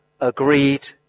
agreed